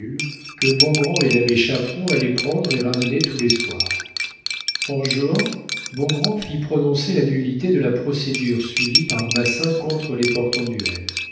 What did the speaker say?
que bongrand et l'abbé chaperon allaient prendre et ramenaient tous les soirs en juin bongrand fit prononcer la nullité de la procédure suivie par massin contre les portenduère